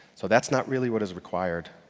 so, that's not really what is required.